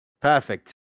Perfect